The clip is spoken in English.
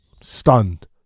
Stunned